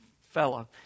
fellow